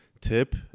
tip